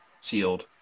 sealed